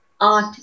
art